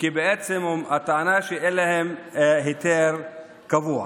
והטענה היא שאין להם היתר קבוע.